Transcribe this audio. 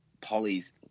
Polly's